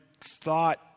thought